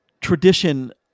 tradition